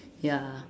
ya